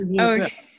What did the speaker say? Okay